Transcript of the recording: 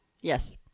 Yes